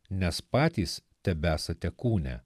nes patys tebesate kūne